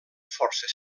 força